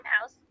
house